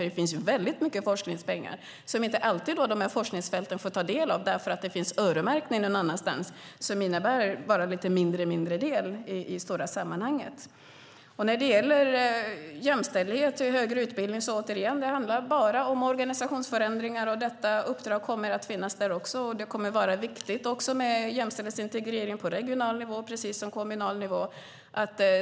Det finns väldigt mycket forskningspengar som de här forskningsfälten inte alltid får ta del av eftersom det finns öronmärkning som innebär en mindre del i det stora sammanhanget. När det gäller jämställdhet och högre utbildning handlar det bara om organisationsförändringar. Detta uppdrag kommer att finnas där. Det kommer att vara viktigt med jämställdhetsintegrering på både regional och kommunal nivå.